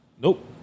Nope